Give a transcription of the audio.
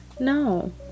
No